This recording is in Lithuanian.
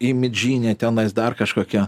imidžinę tenais dar kažkokią